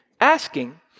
asking